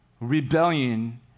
Rebellion